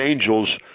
angels